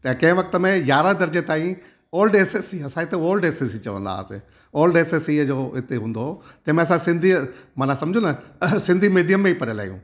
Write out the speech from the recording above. त कंहिं वक़्त में यारहं दर्जे ताईं ओल्ड एसएससी असांजे त ओल्ड एसएससी चवंदा हुआसीं ओल्ड एसएससी जो हिते हूंदो हुओ तंहिंमें असां सिंधीअ मना सम्झो न सिंधी मीडियम में ई पढ़ियल आहियूं